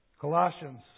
Colossians